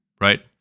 right